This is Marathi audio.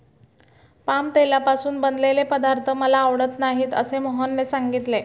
पाम तेलापासून बनवलेले पदार्थ मला आवडत नाहीत असे मोहनने सांगितले